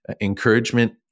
encouragement